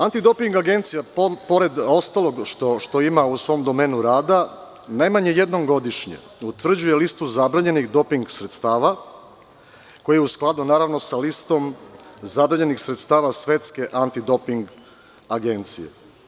Antidoping agencija, pored ostalog što ima u svom domenu rada, najmanje jednom godišnje utvrđuje listu zabranjenih doping sredstava, koja je u skladu, naravno, sa listom zabranjenih sredstava Svetske antidoping agencije.